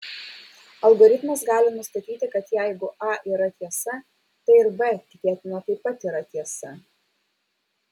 algoritmas gali nustatyti kad jeigu a yra tiesa tai ir b tikėtina taip pat yra tiesa